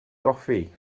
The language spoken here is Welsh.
goffi